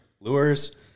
Lures